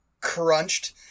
crunched